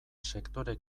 sektore